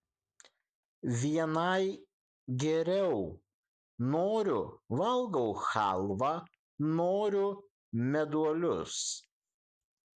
vienai geriau noriu valgau chalvą noriu meduolius